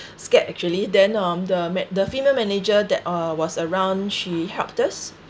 scared actually then um the ma~ the female manager that uh was around she helped us